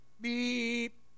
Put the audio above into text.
Beep